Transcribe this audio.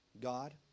God